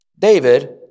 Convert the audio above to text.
David